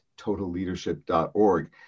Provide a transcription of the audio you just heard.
totalleadership.org